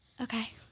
Okay